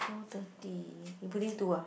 four thirty you putting two ah